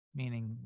meaning